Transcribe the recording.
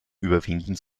überwinden